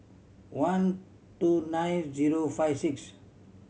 one two nine zero five six